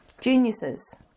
Geniuses